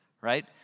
right